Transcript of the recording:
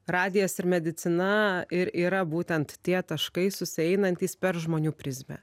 radijas ir medicina ir yra būtent tie taškai susieinantys per žmonių prizmę